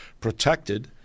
protected